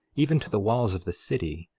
even to the walls of the city.